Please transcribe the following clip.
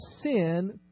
sin